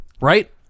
right